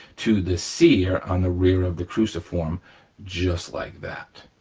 to the sear on the rear of the cruciform just like that.